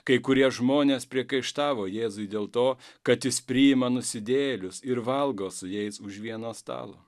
kai kurie žmonės priekaištavo jėzui dėl to kad jis priima nusidėjėlius ir valgo su jais už vieno stalo